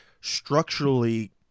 structurally